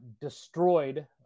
destroyed